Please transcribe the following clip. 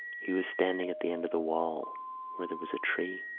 he was standing at the end of the wall where there was a tree.